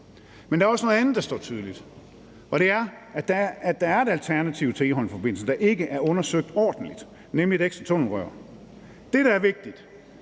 der står tydeligt, og det er, at der er et alternativ til Egholmforbindelsen, der ikke er undersøgt ordentligt, nemlig et ekstra tunnelrør. Det er vigtigt,